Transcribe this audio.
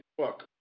fuck